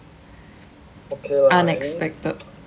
unexpected